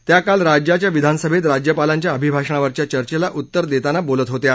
त्या काल राज्याच्या विधानसभेत राज्यपालांच्या अभिभाषणावरच्या चर्चेला उत्तर देताना बोलत होत्या